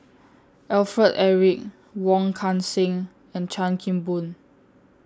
Alfred Eric Wong Kan Seng and Chan Kim Boon